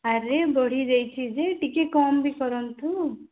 ଆରେ ବଢ଼ିଯାଇଛି ଯେ ଟିକେ କମ୍ ବି କରନ୍ତୁ